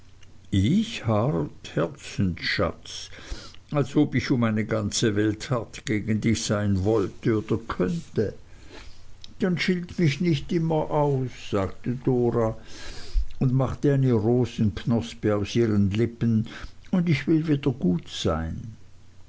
ich hart herzensschatz als ob ich um eine ganze welt hart gegen dich sein wollte oder könnte dann schilt mich nicht immer aus sagte dora und machte eine rosenknospe aus ihren lippen und ich will wieder gut sein